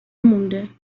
مونده